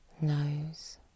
Nose